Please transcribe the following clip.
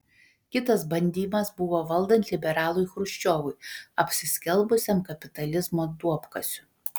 kitas bandymas buvo valdant liberalui chruščiovui apsiskelbusiam kapitalizmo duobkasiu